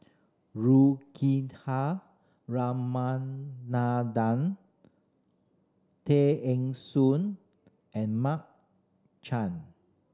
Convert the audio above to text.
Juthika Ramanathan Tay Eng Soon and Mark Chan